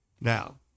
Now